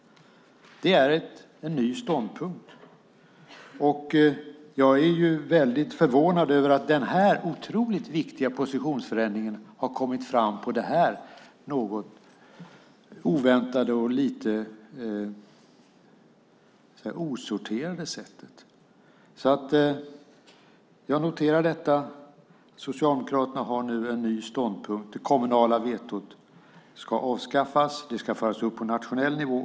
Det är en ny ståndpunkt. Jag är väldigt förvånad över att den här otroligt viktiga positionsförändringen har kommit fram på det här något oväntade och lite osorterade sättet. Jag noterar att Socialdemokraterna nu har en ny ståndpunkt. Det kommunala vetot ska avskaffas. Detta ska föras upp på nationell nivå.